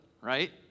right